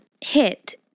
hit